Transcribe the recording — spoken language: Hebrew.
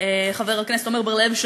עמר בר-לב,